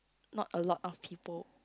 not a lot of people